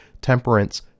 temperance